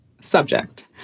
Subject